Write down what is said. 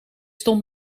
stond